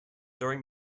during